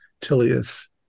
Tilius